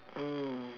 mm